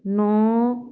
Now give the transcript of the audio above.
ਨੌਂ